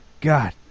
God